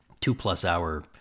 two-plus-hour